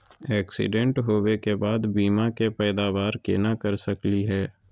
Accident होवे के बाद बीमा के पैदावार केना कर सकली हे?